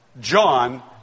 John